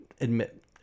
admit